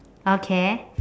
okay